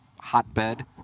hotbed